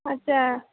अच्छा